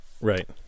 right